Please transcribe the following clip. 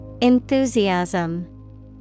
Enthusiasm